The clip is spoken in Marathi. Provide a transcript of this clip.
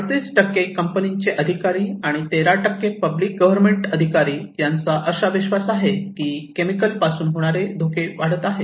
38 कंपनीचे अधिकारी आणि 13 पब्लिक गव्हर्न्मेंट अधिकारी त्यांचा असा विश्वास आहे की केमिकल पासून होणारे धोके वाढत आहे